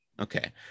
Okay